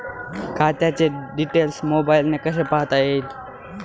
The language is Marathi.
खात्याचे डिटेल्स मोबाईलने कसे पाहता येतील?